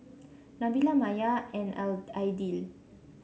Nabila Maya and Aild Aidil